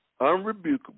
unrebukable